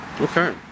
Okay